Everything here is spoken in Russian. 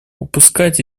упускать